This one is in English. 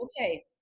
okay